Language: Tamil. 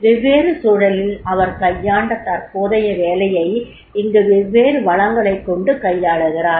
வெவ்வேறு சூழலில் அவர் கையாண்ட தற்போதைய வேலையை இங்கு வெவ்வேறு வளங்களைக் கொண்டு கையாளுகிறார்